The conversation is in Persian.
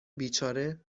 بیچاره